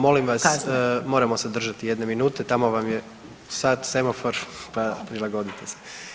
Molim vas moramo se držati jedne minute, tamo vam je sat semafor pa prilagodite se.